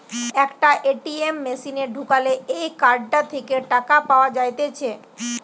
একটা এ.টি.এম মেশিনে ঢুকালে এই কার্ডটা থেকে টাকা পাওয়া যাইতেছে